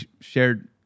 shared